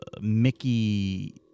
Mickey